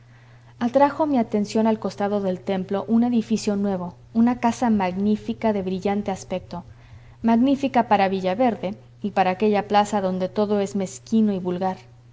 atrajo mi atención al costado del templo un edificio nuevo una casa magnífica de brillante aspecto magnífica para villaverde y para aquella plaza donde todo es mezquino y vulgar